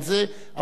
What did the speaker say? אבל בהחלט,